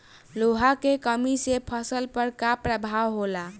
लोहा के कमी से फसल पर का प्रभाव होला?